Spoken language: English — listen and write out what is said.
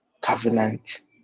covenant